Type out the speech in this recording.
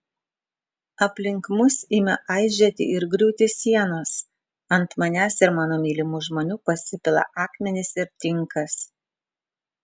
aplink mus ima aižėti ir griūti sienos ant manęs ir mano mylimų žmonių pasipila akmenys ir tinkas